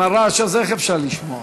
עם הרעש הזה איך אפשר לשמוע?